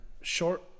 short